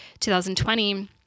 2020